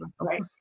right